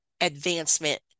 advancement